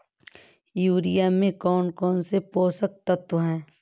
Urea में कौन कौन से पोषक तत्व है?